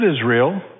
Israel